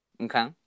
Okay